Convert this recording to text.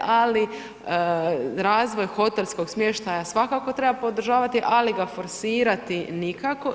Ali razvoj hotelskog smještaja svakako treba podržavati, ali ga forsirati nikako.